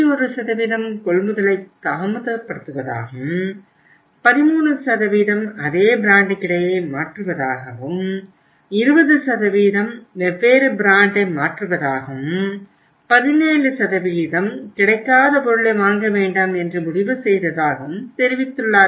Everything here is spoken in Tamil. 21 கொள்முதலை தாமதப்படுத்துவதாகவும் 13 அதே பிராண்டுக்கிடையே மாற்றுவதாகவும் 20 வெவ்வேறு பிராண்டை மாற்றுவதாகவும் 17 கிடைக்காத பொருளை வாங்க வேண்டாம் என்று முடிவுசெய்ததாகவும் தெரிவித்துள்ளார்கள்